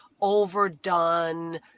overdone